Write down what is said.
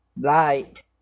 light